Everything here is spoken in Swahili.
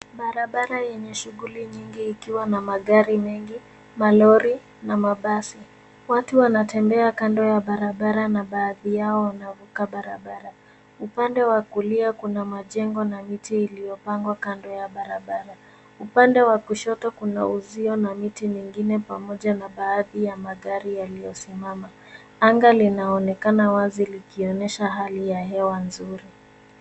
Barabara yenye shughuli nyingi ikiwa na barabara mengi, malori na mabasi. Watu wanatembea kando ya barabara na baadhi yao wanavuka barabara. Upande wa kulia kuna majengo na miti iliyopandwa kando ya barabara. Upande wa kushoto kuna uzio na miti mingine pamoja na baadhi ya magari yaliyosimama. Anga linaonekana wazi likionyesha hali ya hewa nzuri.